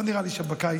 לא נראה לי שבקיץ,